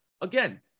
again